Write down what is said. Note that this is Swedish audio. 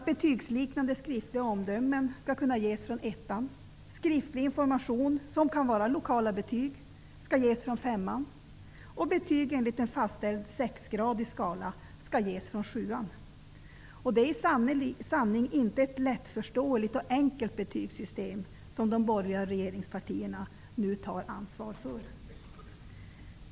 Betygsliknande skriftliga omdömen skall kunna ges från ettan, skriftlig information -- som kan vara lokala betyg -- skall ges från femman och betyg enligt en fastställd sexgradig skala skall ges från sjuan. Det är i sanning inte ett lättförståeligt och enkelt betygssystem som de borgerliga regeringspartierna nu tar ansvar för.